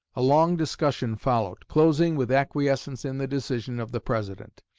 a long discussion followed, closing with acquiescence in the decision of the president.